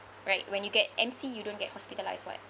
right when you get M_C you don't get hospitalized [what]